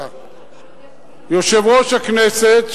יושב-ראש הכנסת,